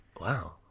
Wow